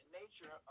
nature